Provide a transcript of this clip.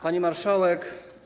Pani Marszałek!